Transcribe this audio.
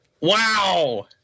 Wow